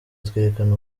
twerekana